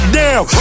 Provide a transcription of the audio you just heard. down